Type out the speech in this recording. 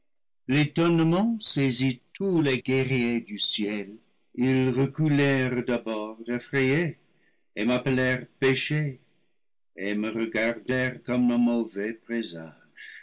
l'étonnement saisit tous les guerriers du ciel ils re culèrent d'abord effrayés et m'appelèrent péché et me regar dèrent comme un mauvais présage